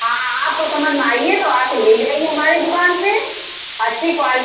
हाँ आपको समझ में आइए तो आकर ले जाइए हमारी दुक़ान से अच्छी क्वाल